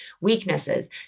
weaknesses